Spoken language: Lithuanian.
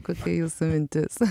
kokia jūsų mintis